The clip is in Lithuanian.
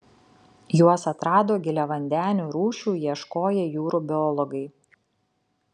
juos atrado giliavandenių rūšių ieškoję jūrų biologai